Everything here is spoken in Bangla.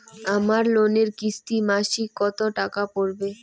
আমার লোনের কিস্তি মাসিক কত টাকা পড়বে?